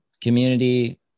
community